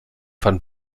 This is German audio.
van